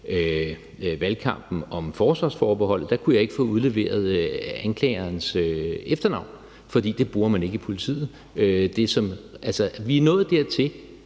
valgkampen om forsvarsforbeholdet, kunne jeg ikke få udleveret anklagerens efternavn, fordi det bruger man ikke i politiet. Vi er nået dertil,